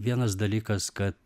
vienas dalykas kad